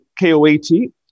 KOAT